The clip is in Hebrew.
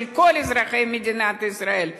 של כל אזרחי מדינת ישראל,